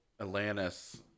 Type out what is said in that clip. Atlantis